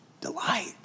Delight